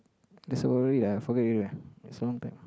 that's old already lah forgot already lah that's long time